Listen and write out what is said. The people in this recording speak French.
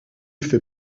fait